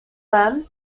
them